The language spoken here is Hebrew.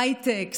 הייטק,